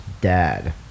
dad